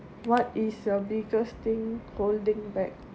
what is your biggest thing holding back